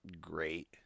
great